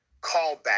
callback